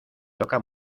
toca